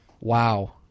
Wow